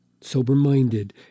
sober-minded